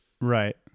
Right